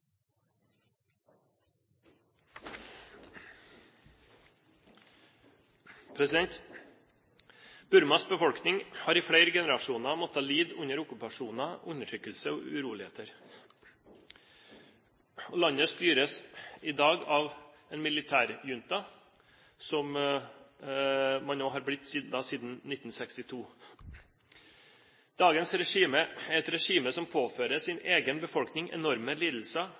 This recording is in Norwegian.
Burmas befolkning har i flere generasjoner måttet lide under okkupasjoner, undertrykkelse og uroligheter. Landet styres i dag av en militærjunta, som det har blitt siden 1962. Dagens regime er et regime som påfører sin egen befolkning enorme lidelser,